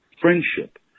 friendship